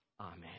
Amen